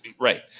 right